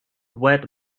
whet